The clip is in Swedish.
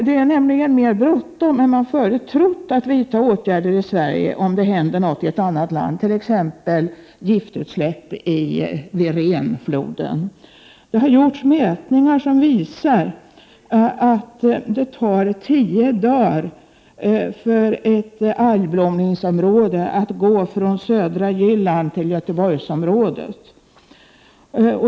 Det är nämligen mer bråttom än man förut trott att vidta åtgärder i Sverige om det händer någonting i ett annat land, t.ex. giftutsläpp i Rhen. Det har gjorts mätningar som visar att det tar tio dagar för ett algblomningsområde att gå från södra Jylland till Göteborgsområdet.